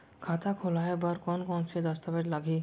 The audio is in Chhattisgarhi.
खाता खोलवाय बर कोन कोन से दस्तावेज लागही?